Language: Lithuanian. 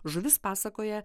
žuvis pasakoja